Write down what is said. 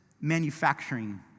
manufacturing